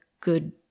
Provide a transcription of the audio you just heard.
good